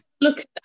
Look